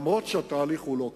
גם אם התהליך הוא לא קל.